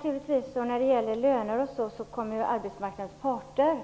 Fru talman! Om lönerna kommer naturligtvis arbetsmarknadens parter